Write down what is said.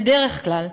בדרך כלל.